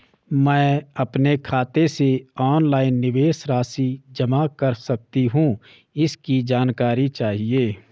मैं अपने खाते से ऑनलाइन निवेश राशि जमा कर सकती हूँ इसकी जानकारी चाहिए?